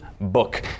book